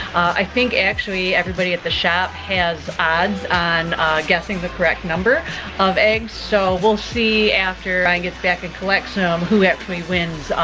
i think actually everybody at the shop has odds on guessing the correct number of eggs. so, we'll see after brian and is back and collects em, who actually wins.